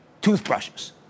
toothbrushes